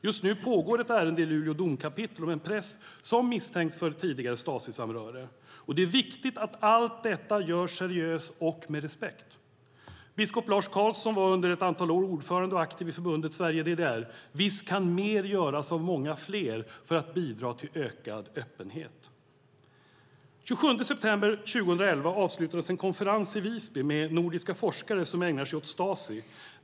Just nu pågår ett ärende i Luleå domkapitel om en präst som misstänks för tidigare Stasisamröre. Det är viktigt att allt detta görs seriöst och med respekt. Biskop Lars Carlzon var under ett antal år ordförande och aktiv i Förbundet Sverige-DDR. Visst kan mer göras av många fler för att bidra till ökad öppenhet. Den 27 september 2011 avslutades en konferens i Visby med nordiska forskare som ägnar sig åt Stasi.